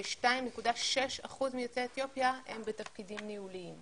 ו-2.6% מיוצאי אתיופיה הם בתפקידים ניהוליים.